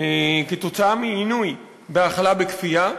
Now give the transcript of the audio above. כתוצאה מעינוי בהאכלה בכפייה.